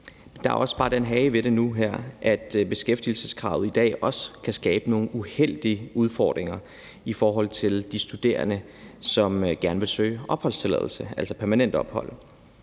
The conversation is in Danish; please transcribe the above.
Der er bare også den hage ved det nu her, at beskæftigelseskravet i dag også kan skabe nogle uheldige udfordringer i forhold til de studerende, som gerne vil søge opholdstilladelse, altså permanent ophold.